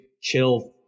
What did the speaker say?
chill